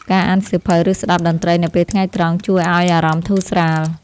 ការអានសៀវភៅ ឬស្តាប់តន្ត្រីនៅពេលថ្ងៃត្រង់ ជួយឱ្យអារម្មណ៍ធូរស្រាល។